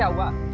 ah one.